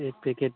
एक पैकेट